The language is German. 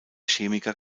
chemiker